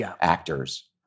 actors